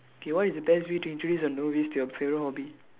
K what is the best way to introduce a novice to your favourite hobby